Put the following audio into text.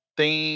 tem